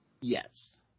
Yes